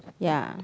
ya